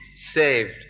saved